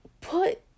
put